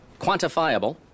quantifiable